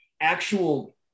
actual